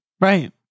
Right